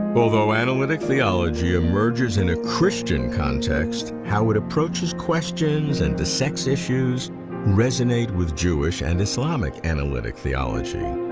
but although analytic theology emerges in a christian context, how it approaches questions and dissects issues resonate with jewish and islamic analytic theology.